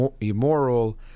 immoral